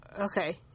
Okay